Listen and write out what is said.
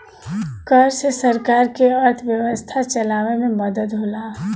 कर से सरकार के अर्थव्यवस्था चलावे मे मदद होला